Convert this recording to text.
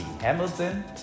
Hamilton